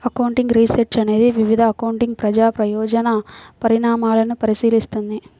accounting research అనేది వివిధ accounting ప్రజా ప్రయోజన పరిణామాలను పరిశీలిస్తుంది